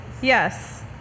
Yes